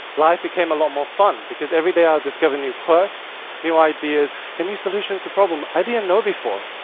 life became a lot more fun, because every day i'd discover new quirks, new ideas and new solutions to problems i didn't know before,